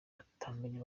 atamenya